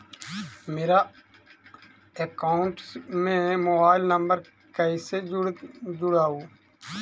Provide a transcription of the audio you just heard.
मेरा अकाउंटस में mobile number कैसे जुड़उ?